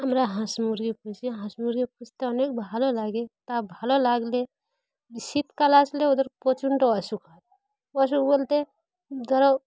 আমরা হাঁস মুরগি পুষি হাঁস মুরগি পুষতে অনেক ভালো লাগে তা ভালো লাগলে শীতকাল আসলে ওদের প্রচণ্ড অসুখ হয় অসুখ বলতে ধরো